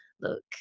look